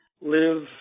live